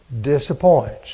disappoints